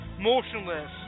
motionless